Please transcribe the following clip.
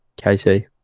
KC